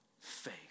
faith